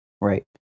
Right